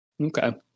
Okay